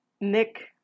Nick